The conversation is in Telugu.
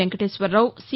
వెంకటేశ్వరరావు సి